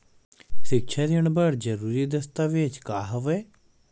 सिक्छा ऋण बर जरूरी दस्तावेज का हवय?